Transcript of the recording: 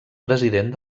president